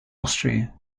austria